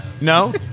No